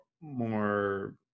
more